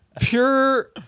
pure